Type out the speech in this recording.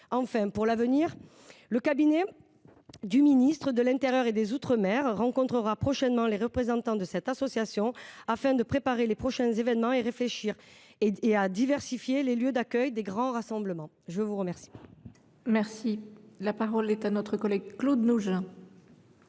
Enfin, pour l’avenir, le cabinet du ministre de l’intérieur et des outre-mer rencontrera prochainement les représentants de cette association, afin de préparer les prochains événements et de réfléchir à une diversification des lieux d’accueil des grands rassemblements. La parole est à M. Claude Nougein,